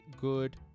good